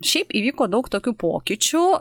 šiaip įvyko daug tokių pokyčių